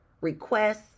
requests